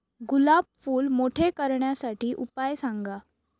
गुलाब फूल मोठे करण्यासाठी उपाय सांगा?